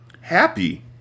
Happy